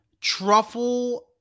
truffle